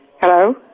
Hello